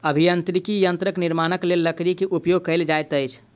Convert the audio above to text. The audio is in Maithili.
अभियांत्रिकी यंत्रक निर्माणक लेल लकड़ी के उपयोग कयल जाइत अछि